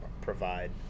provide